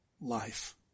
life